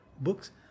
books